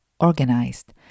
organized